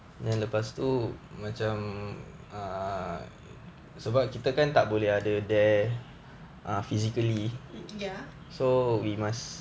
mm ya